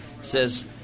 Says